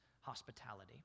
hospitality